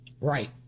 Right